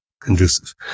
conducive